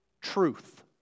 truth